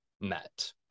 met